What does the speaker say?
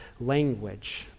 language